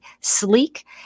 sleek